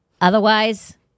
Otherwise